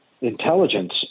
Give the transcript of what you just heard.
intelligence